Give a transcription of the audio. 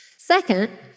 Second